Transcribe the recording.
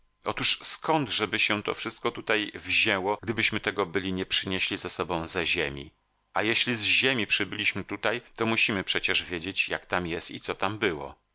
otóż skądżeby się to wszystko tutaj wzięło gdybyśmy tego byli nie przynieśli ze sobą ze ziemi a jeśli z ziemi przybyliśmy tutaj to musimy przecież wiedzieć jak tam jest i co tam było